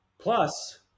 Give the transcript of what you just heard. Plus